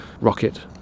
rocket